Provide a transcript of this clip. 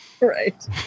Right